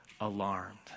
alarmed